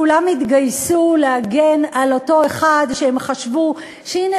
כולם התגייסו להגן על אותו אחד שהם חשבו שהנה,